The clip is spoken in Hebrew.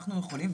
אנחנו יכולים,